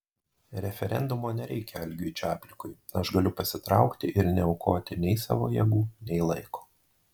referendumo nereikia algiui čaplikui aš galiu pasitraukti ir neaukoti nei savo jėgų nei laiko